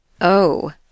Oh